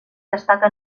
destaca